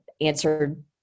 answered